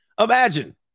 Imagine